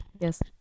Yes